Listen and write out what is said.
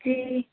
ठीक